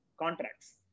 contracts